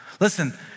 Listen